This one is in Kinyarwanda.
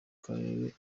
karere